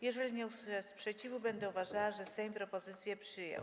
Jeżeli nie usłyszę sprzeciwu, będę uważała, że Sejm propozycje przyjął.